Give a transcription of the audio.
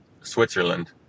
switzerland